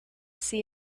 see